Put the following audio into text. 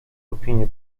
opinię